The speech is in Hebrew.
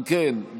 אם כן,